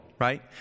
right